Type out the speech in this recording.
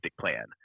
plan